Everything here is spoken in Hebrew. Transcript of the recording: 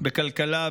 בכלכלה,